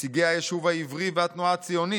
נציגי היישוב העברי והתנועה הציונית,